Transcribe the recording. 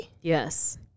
Yes